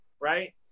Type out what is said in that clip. right